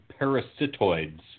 parasitoids